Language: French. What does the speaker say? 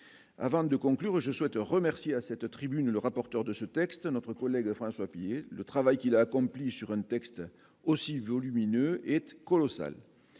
avant de conclure : je souhaite remercier à cette tribune, le rapporteur de ce texte, notre collègue François Pinault le travail qu'il accomplit sur une texte aussi volumineux est colossal